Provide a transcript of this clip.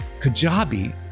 Kajabi